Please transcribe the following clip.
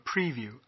preview